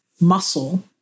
muscle